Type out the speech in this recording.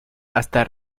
hasta